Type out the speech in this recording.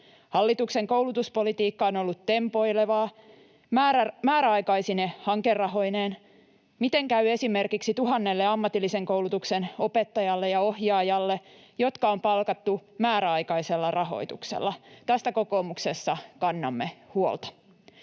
Hallituksen koulutuspolitiikka on ollut tempoilevaa määräaikaisine hankerahoineen. Miten käy esimerkiksi tuhannelle ammatillisen koulutuksen opettajalle ja ohjaajalle, jotka on palkattu määräaikaisella rahoituksella? Tästä kokoomuksessa kannamme huolta.